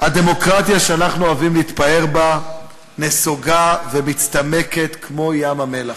הדמוקרטיה שאנחנו אוהבים להתפאר בה נסוגה ומצטמקת כמו ים-המלח,